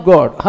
God